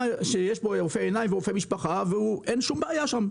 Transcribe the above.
שיש בו בדיקה של רופא עיניים ורופא משפחה ואין בו שום בעיה.